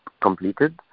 completed